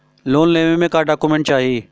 Loan लेवे मे का डॉक्यूमेंट चाही?